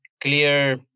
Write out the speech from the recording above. clear